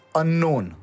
unknown